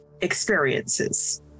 experiences